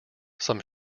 some